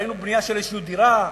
ראינו בנייה של דירה כלשהי?